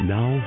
Now